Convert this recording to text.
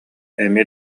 эмиэ